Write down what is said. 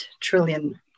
trillion